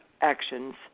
actions